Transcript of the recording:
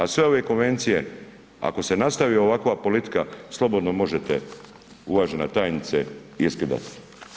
A sve ove konvencije ako se nastavi ovakva politika, slobodno možete, uvažena tajnice, iskidati.